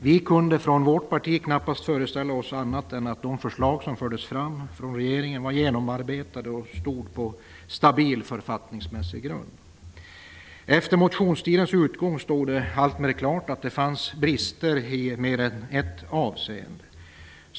Vi kunde från vårt parti knappast föreställa oss annat än att de förslag som fördes fram av regeringen var genomarbetade och stod på stabil författningsmässig grund. Efter motionstidens utgång stod det alltmer klart att det fanns brister i mer än ett avseende.